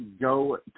go